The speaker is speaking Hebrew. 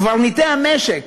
קברניטי המשק